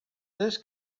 this